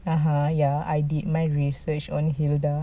(uh huh) ya I did my research on hilda